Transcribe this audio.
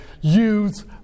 use